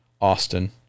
Austin